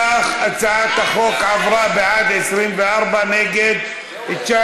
ההצעה להעביר את הצעת חוק המועצה להשכלה גבוהה (תיקון מס'